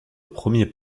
premier